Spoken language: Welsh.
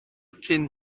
cyn